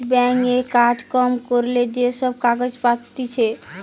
bank এ কাজ কম করিলে যে সব কাগজ পাতিছে